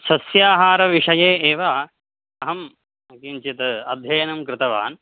सस्याहारविषये एव अहं किञ्चित् अध्ययनं कृतवान्